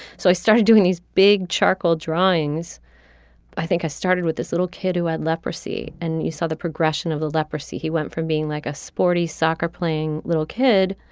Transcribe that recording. so i started doing these big charcoal drawings i think i started with this little kid who had leprosy and you saw the progression of the leprosy. he went from being like a sporty soccer playing little kid.